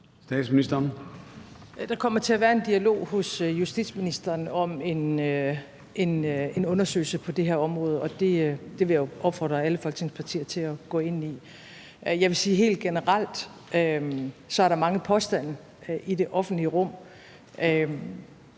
Der kommer til at være en dialog hos justitsministeren om en undersøgelse på det her område, og det vil jeg jo opfordre alle Folketingets partier til at gå ind i. Jeg vil sige helt generelt, at der er mange påstande i det offentlige rum.